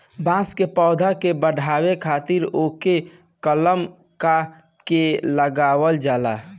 बांस के पौधा के बढ़ावे खातिर ओके कलम क के लगावल जाला